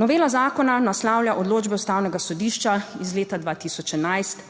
Novela zakona naslavlja odločbe Ustavnega sodišča iz leta 2011